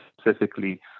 specifically